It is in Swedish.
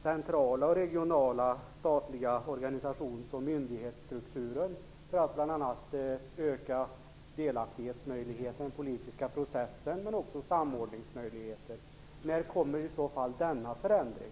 centrala, regionala och statliga organisationerna som myndighetsstrukturer för att bl.a. öka samordningsmöjligheterna och möjligheten till delaktighet i den politiska processen. Min andra fråga är då: När kommer i så fall denna förändring?